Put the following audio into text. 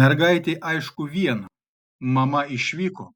mergaitei aišku viena mama išvyko